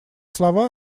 слова